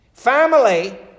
Family